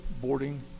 boarding